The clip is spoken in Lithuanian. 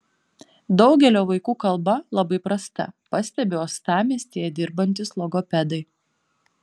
daugelio vaikų kalba labai prasta pastebi uostamiestyje dirbantys logopedai